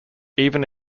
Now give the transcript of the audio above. even